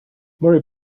murray